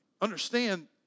Understand